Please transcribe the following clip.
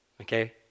Okay